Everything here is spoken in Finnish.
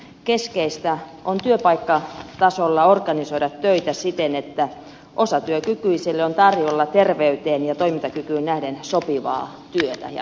keskeistä on työpaikkatasolla organisoida töitä siten että osatyökykyiselle on tarjolla terveyteen ja toimintakykyyn nähden sopivaa työtä ja